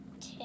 Two